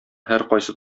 һәркайсы